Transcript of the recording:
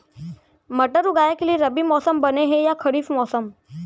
मटर उगाए के लिए रबि मौसम बने हे या खरीफ मौसम?